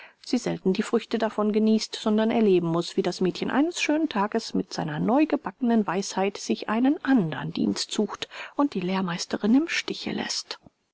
sie selten die früchte davon genießt sondern erleben muß wie das mädchen eines schönen tages mit seiner neugebacknen weisheit sich einen andern dienst sucht und die lehrmeisterin im stiche läßt